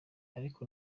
ariko